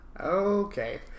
Okay